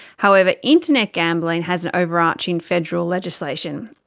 however, internet gambling has an overarching federal legislation.